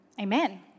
Amen